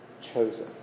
chosen